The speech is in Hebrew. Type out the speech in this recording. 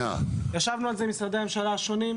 ישבנו על זה משרדי הממשלה השונים,